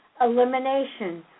elimination